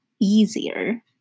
easier